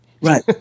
Right